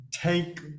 take